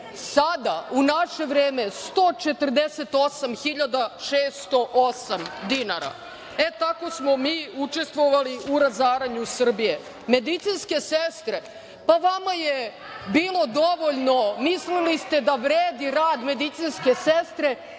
Sada, u naše vreme – 148.608 dinara. E, tako smo mi učestvovali u razaranju Srbije.22/2 AL/MTMedicinske sestre – pa, vama je bilo dovoljno, mislili ste da vredi rad medicinske sestre